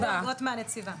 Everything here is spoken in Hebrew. הוא שתי דרגות מהנציבה.